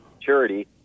charity